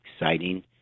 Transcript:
exciting